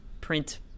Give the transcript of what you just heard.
print